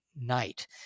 night